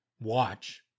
watch